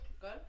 good